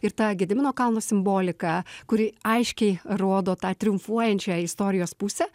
ir ta gedimino kalno simbolika kuri aiškiai rodo tą triumfuojančią istorijos pusę